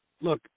look